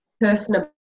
personable